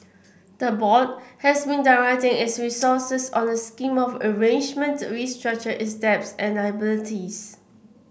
the board has been directing its resources on a scheme of arrangement to restructure its debts and liabilities